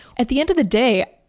at the end of the day,